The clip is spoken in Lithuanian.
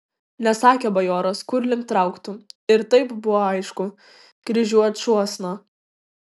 nesakė bajoras kur link trauktų ir taip buvo aišku kryžiuočiuosna